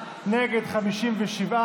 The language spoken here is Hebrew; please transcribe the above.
לסיים.